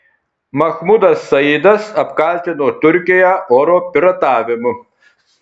mahmudas saidas apkaltino turkiją oro piratavimu